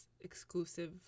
exclusive